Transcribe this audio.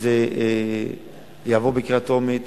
זה יעבור בקריאה טרומית,